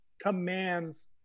commands